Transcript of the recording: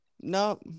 No